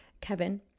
Kevin